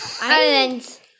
Islands